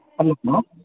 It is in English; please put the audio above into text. hello madam